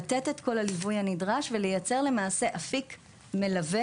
לתת את כל הליווי הנדרש ולמעשה לייצר אפיק מלווה